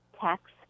tax